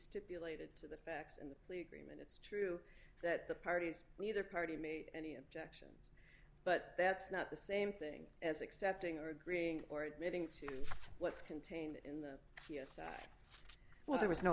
stipulated to the facts in the plea agreement it's true that the parties neither party made any objections but that's not the same thing as accepting or agreeing or admitting to what's contained in the well there was no